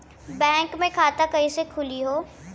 Bank मे खाता कईसे खुली हो?